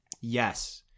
yes